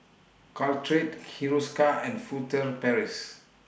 Caltrate Hiruscar and Furtere Paris